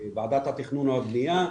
מוועדת התכנון והבנייה,